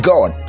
God